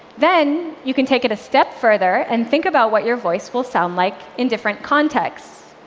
then you can take it a step further and think about what your voice will sound like in different contexts.